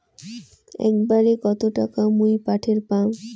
একবারে কত টাকা মুই পাঠের পাম?